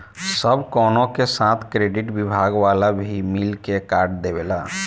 सब कवनो के साथ क्रेडिट विभाग वाला भी मिल के कार्ड देवेला